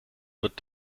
wird